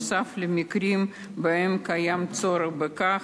בנוסף, במקרים שבהם קיים צורך בכך,